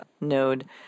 Node